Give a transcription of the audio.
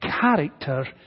character